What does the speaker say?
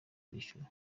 kwishyura